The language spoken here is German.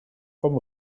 vom